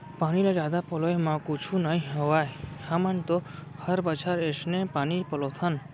पानी ल जादा पलोय म कुछु नइ होवय हमन तो हर बछर अइसने पानी पलोथन